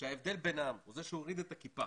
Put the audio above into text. שההבדל ביניהם הוא בזה שהוא הוריד את הכיפה